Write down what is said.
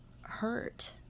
hurt